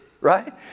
right